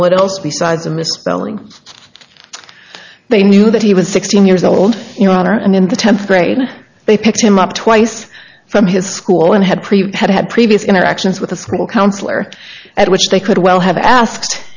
what else besides a misspelling they knew that he was sixteen years old your honor and in the tenth grade they picked him up twice from his school and had prepared had previous interactions with the school counselor at which they could well have asked